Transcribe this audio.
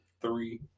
three